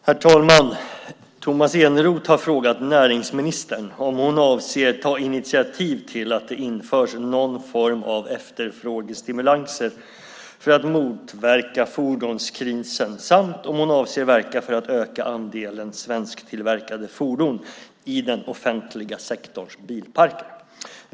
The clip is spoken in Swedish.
Herr talman! Tomas Eneroth har frågat näringsministern om hon avser att ta initiativ till att det införs någon form av efterfrågestimulanser för att motverka fordonskrisen samt om hon avser att verka för att öka andelen svensktillverkade fordon i den offentliga sektorns bilparker.